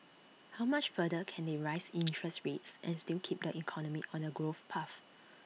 how much further can they raise interest rates and still keep the economy on A growth path